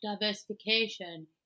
diversification